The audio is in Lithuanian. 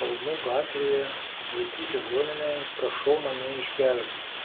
kalnų gatvėje vaikų ligoninę ir prašau mane išgelbėti